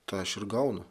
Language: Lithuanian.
tą aš ir gaunu